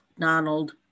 Donald